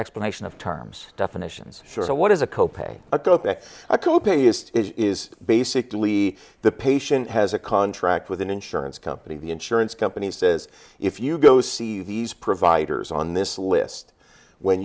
explanation of terms definitions for what is a co pay a co pay a co pay is is basically the patient has a contract with an insurance company the insurance company says if you go see these providers on this list when